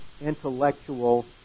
intellectual